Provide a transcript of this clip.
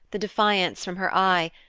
the defiance from her eye,